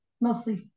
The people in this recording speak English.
mostly